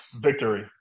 victory